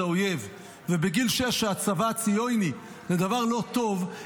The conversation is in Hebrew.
אויב ובגיל שש שהצבא הציוני זה דבר לא טוב,